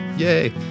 Yay